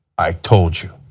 i told you.